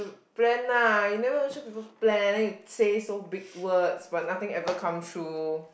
plan lah you never even show people plan then you say so big words but nothing ever come true